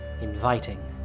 inviting